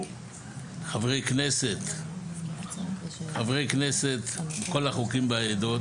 חברי כנסת, חברי כנסת כל החוקים והעדות.